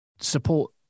support